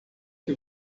que